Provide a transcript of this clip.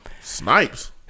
Snipes